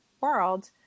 world